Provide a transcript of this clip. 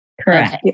Correct